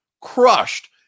crushed